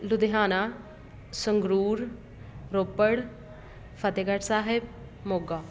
Ludhiana Sangrur Ropar Fatehgarh Sahib Moga